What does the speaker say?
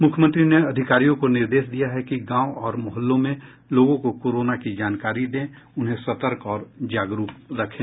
मुख्यमंत्री ने अधिकारियों को निर्देश दिया है कि गांव और मोहल्लों में लोगों को कोरोना की जानकारी दे उन्हें सतर्क और जागरूक करे